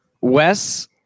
Wes